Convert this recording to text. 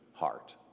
heart